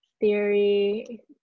theory